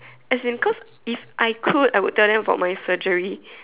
as in could if I could I would tell them about my surgery